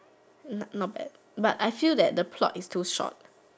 not not bad but I feel that the plot is too short